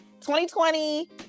2020